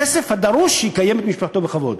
הכסף הדרוש כדי שיקיים את משפחתו בכבוד.